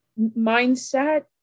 mindset